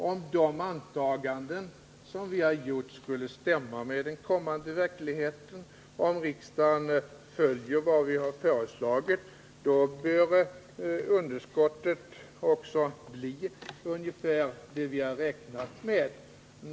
Om de antagaden om det kommande året som vi har gjort stämmer med verkligheten och om riksdagen följer våra förslag bör underskottet också bli det vi räknat med.